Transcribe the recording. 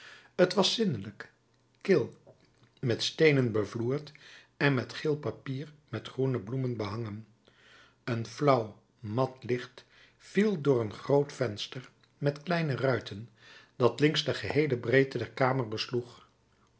t was zindelijk kil met steenen bevloerd en met geel papier met groene bloemen behangen een flauw mat licht viel door een groot venster met kleine ruiten dat links de geheele breedte der kamer besloeg